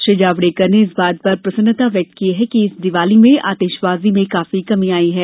श्री जावड़ेकर ने इस बात पर प्रसन्नता व्यक्त की है कि इस दीपावली में आतिशबाजी में काफी कमी आई है